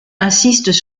insistent